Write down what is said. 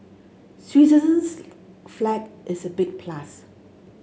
Switzerland's flag is a big plus